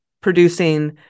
producing